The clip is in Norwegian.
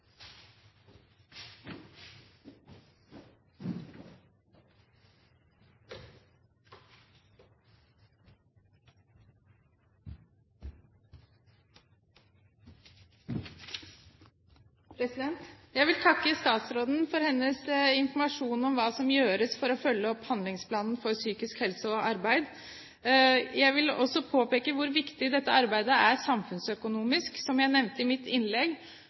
Jeg vil takke statsråden for hennes informasjon om hva som gjøres for å følge opp Handlingsplanen for psykisk helse og arbeid. Jeg vil også påpeke hvor viktig dette arbeidet er samfunnsøkonomisk sett. Som jeg nevnte i mitt innlegg,